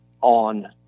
on